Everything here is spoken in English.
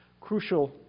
crucial